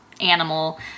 animal